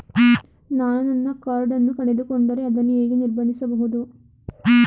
ನಾನು ನನ್ನ ಕಾರ್ಡ್ ಅನ್ನು ಕಳೆದುಕೊಂಡರೆ ಅದನ್ನು ಹೇಗೆ ನಿರ್ಬಂಧಿಸಬಹುದು?